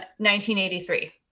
1983